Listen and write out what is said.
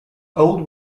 old